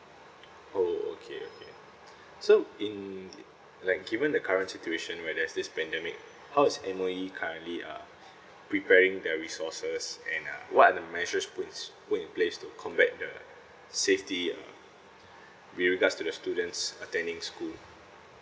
oh okay okay so in like given the current situation where there's this pandemic how's M_O_E currently uh preparing their resources and uh what are the measures put put in place to combat the safety uh with regards to the students attending school